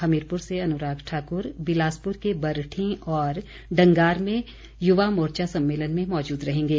हमीरपुर से अनुराग ठाक्र बिलासपुर के बरठी और डंगार में युवा मोर्चा सम्मेलन में मौजूद रहेंगे